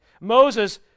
Moses